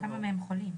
כמה מהם חולים,